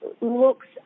looks